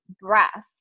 breath